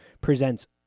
presents